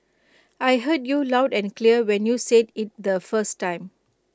I heard you loud and clear when you said IT the first time